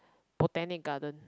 botanic garden